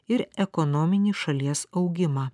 ir ekonominį šalies augimą